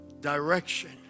direction